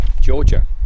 Georgia